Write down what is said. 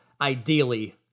ideally